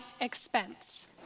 expense